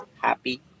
happy